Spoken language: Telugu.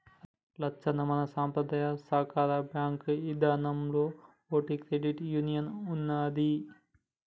లచ్చన్న మన సంపద్రాయ సాకార బాంకు ఇదానంలో ఓటి క్రెడిట్ యూనియన్ ఉన్నదీ